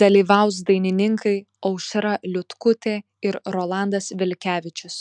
dalyvaus dainininkai aušra liutkutė ir rolandas vilkevičius